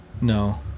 no